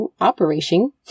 operation